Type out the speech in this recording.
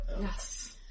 Yes